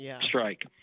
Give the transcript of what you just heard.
strike